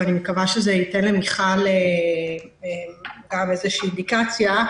ואני מקווה שזה ייתן למיכל איזו שהיא אינדיקציה.